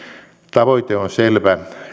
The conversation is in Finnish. tavoite on selvä